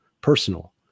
personal